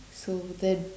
so then